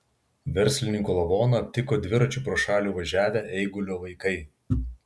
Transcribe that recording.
verslininko lavoną aptiko dviračiu pro šalį važiavę eigulio vaikai